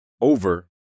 over